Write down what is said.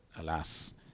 alas